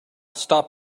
stop